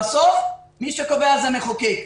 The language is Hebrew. בסוף מי שקובע זה המחוקק,